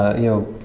ah you know,